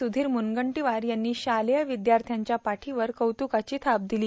स्धीर म्नगंटीवार यांनी शालेय विद्यार्थ्यांच्या पाठीवर कौतुकाची थाप दिली